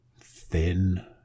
thin